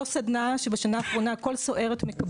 ההערה שלו דיברה על הפער בין הזמן שסוהרת מתחילה את השירות ועד שהיא